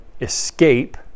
escape